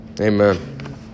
Amen